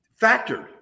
factored